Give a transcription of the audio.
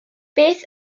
beth